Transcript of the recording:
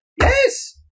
Yes